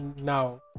now